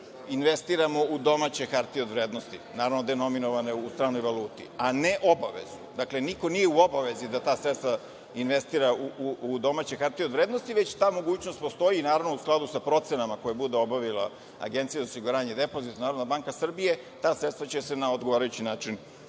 investiramo u domaće hartije od vrednosti, naravno, denominovane u stranoj valuti, a ne obavezu. Dakle, niko nije u obavezi da ta sredstva investira u domaće hartije od vrednosti, već ta mogućnost postoji, naravno, u skladu sa procenama koje bude obavila Agencija za osiguranje depozita, Narodna banka Srbije, ta sredstva će se na odgovarajući način